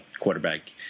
quarterback